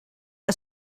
que